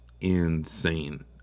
insane